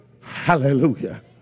Hallelujah